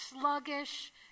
sluggish